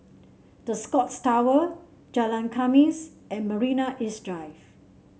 The Scotts Tower Jalan Khamis and Marina East Drive